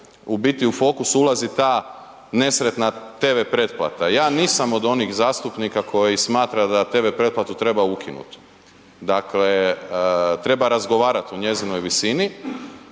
u fokusu ulazi ta nespretna TV pretplata. Ja nisam od onih zastupnika koji smatra da TV pretplatu treba ukinuti. Dakle, treba razgovarati o njezinoj visini,